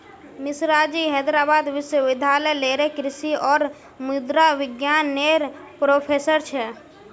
मिश्राजी हैदराबाद विश्वविद्यालय लेरे कृषि और मुद्रा विज्ञान नेर प्रोफ़ेसर छे